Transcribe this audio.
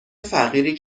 فقیری